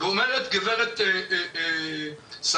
טוב היא לא פה,